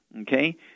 okay